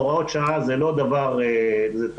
הוראות שעה הן לא דבר טוב.